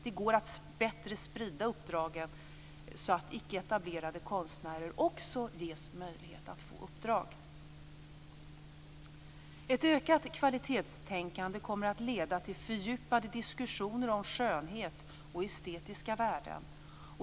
Det går att bättre sprida uppdragen så att icke-etablerade konstnärer också ges möjlighet att få uppdrag. Ett ökat kvalitetstänkande kommer att leda till fördjupade diskussioner om skönhet och estetiska värden.